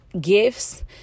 gifts